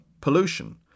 Pollution